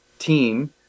team